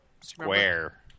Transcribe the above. Square